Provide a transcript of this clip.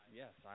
yes